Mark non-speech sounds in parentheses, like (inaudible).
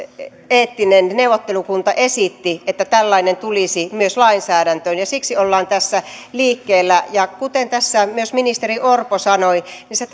eettinen neuvottelukunta esitti että tällainen tulisi myös lainsäädäntöön siksi ollaan tässä liikkeellä ja kuten tässä ministeri orpo sanoi niin se (unintelligible)